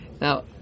Now